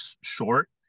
short